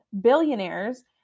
billionaires